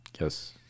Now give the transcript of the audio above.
Yes